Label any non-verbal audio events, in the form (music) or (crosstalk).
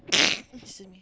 (noise) excuse me